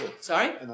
Sorry